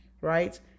right